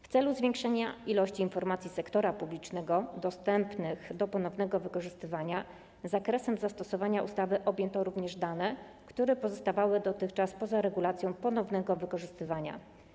W celu zwiększenia ilości informacji sektora publicznego dostępnych w przypadku ponownego wykorzystywania zakresem zastosowania ustawy objęto również dane, które pozostawały dotychczas poza regulacją ponownego wykorzystywania.